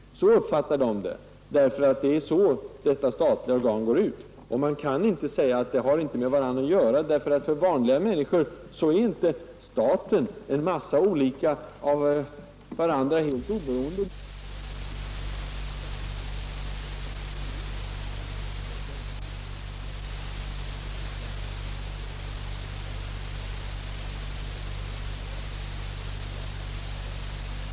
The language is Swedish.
Så uppfattar man den reklam som detta statliga organ bedriver. Det duger inte att säga att de här sakerna inte har med varandra att göra, ty för vanliga människor är inte staten en massa olika av varandra helt oberoende delar, som handlar var och en för sig. När industriministern har sagt att den statliga företagsamheten skall vara ett föredöme, så tror människorna att regeringen också tar ansvar för den statliga företagsamheten.